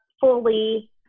fully